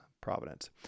providence